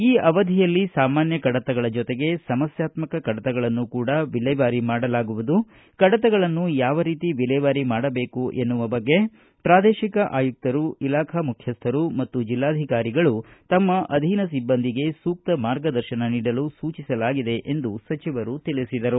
ಈ ಅವಧಿಯಲ್ಲಿ ಸಾಮಾನ್ಯ ಕಡತಗಳ ಜೊತೆಗೆ ಸಮಸ್ಥಾತ್ಮಕ ಕಡತಗಳನ್ನು ಕೂಡಾ ವಿಲೇವಾರಿ ಮಾಡಲಾಗುವುದು ಕಡತಗಳನ್ನು ಯಾವ ರೀತಿ ವಿಲೇವಾರಿ ಮಾಡಬೇಕೆಂಬ ಬಗ್ಗೆ ಪ್ರಾದೇಶಿಕ ಆಯುಕ್ತರು ಇಲಾಖಾ ಮುಖ್ಯಸ್ಥರು ಮತ್ತು ಜಿಲ್ಲಾಧಿಕಾರಿಗಳು ತಮ್ಮ ಅಧೀನ ಸಿಬ್ಬಂದಿಗೆ ಸೂಕ್ತ ಮಾರ್ಗದರ್ಶನ ನೀಡಲು ಸೂಚಿಸಲಾಗಿದೆ ಎಂದು ಅವರು ತಿಳಿಸಿದರು